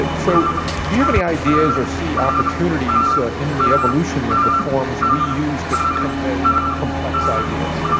ah so do you have any ideas or see opportunities in the evolution of the forms we use to convey complex ideas?